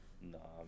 No